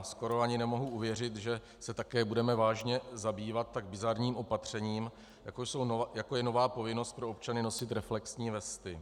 Skoro ani nemohu uvěřit, že se také budeme vážně zabývat tak bizarním opatřením, jako je nová povinnost pro občany nosit reflexní vesty.